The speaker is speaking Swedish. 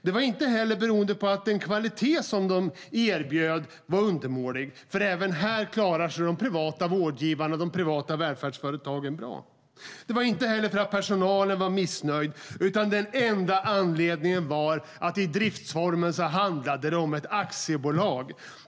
Det beror inte heller på att den kvalitet som vårdgivarna erbjuder är undermålig. Även här klarar sig de privata vårdgivarna och de privata välfärdsföretagen bra. Det beror inte heller på att personalen är missnöjd. Den enda anledningen är att driftsformen handlar om ett aktiebolag.